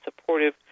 supportive